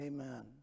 Amen